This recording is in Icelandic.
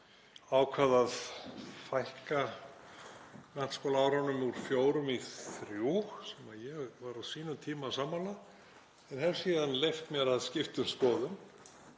var að fækka menntaskólaárunum úr fjórum í þrjú, sem ég var á sínum tíma sammála en hef síðan leyft mér að skipta um skoðun.